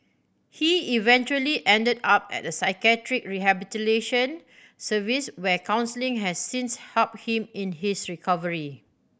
he eventually ended up at a psychiatric rehabilitation service where counselling has since helped him in his recovery